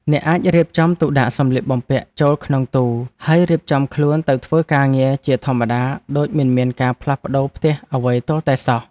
អ្នកអាចរៀបចំទុកដាក់សម្លៀកបំពាក់ចូលក្នុងទូហើយរៀបចំខ្លួនទៅធ្វើការងារជាធម្មតាដូចមិនមានការផ្លាស់ប្ដូរផ្ទះអីទាល់តែសោះ។